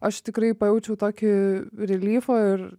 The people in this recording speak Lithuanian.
aš tikrai pajaučiau tokį rilyfą ir